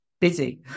busy